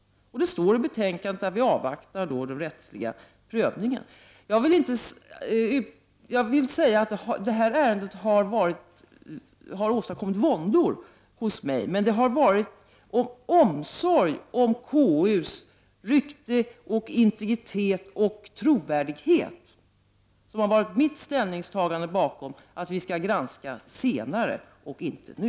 Det står i betänkandet att vi avvaktar den rättsliga prövningen. Jag vill säga att detta ärende har åstadkommit våndor hos mig, men det har varit omsorg om KUSs rykte, integritet och trovärdighet som legat bakom mitt ställningstagande att vi skall granska frågan senare och inte nu.